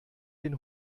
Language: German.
den